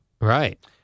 Right